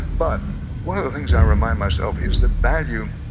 but one of the things i remind myself is the value